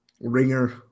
ringer